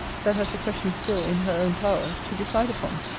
that has the question still in her own power to decide upon?